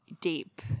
deep